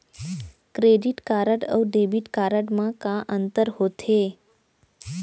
Credit card अऊ debit card मा का अंतर होथे?